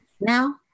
now